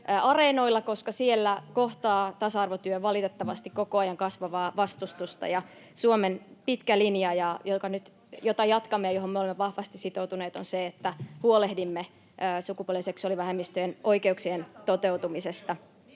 koska siellä kohtaa tasa-arvotyö valitettavasti koko ajan kasvavaa vastustusta, ja Suomen pitkä linja, jota jatkamme ja johon me olemme vahvasti sitoutuneet, on se, että huolehdimme sukupuoli- ja seksuaalivähemmistöjen oikeuksien toteutumisesta.